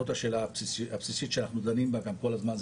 זאת השאלה הבסיסית שאנחנו דנים בה כל הזמן,